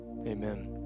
amen